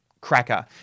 cracker